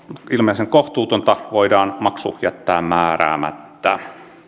ilmeisen kohtuutonta voidaan maksu jättää määräämättä